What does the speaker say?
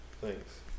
thanks